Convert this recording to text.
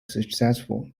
successful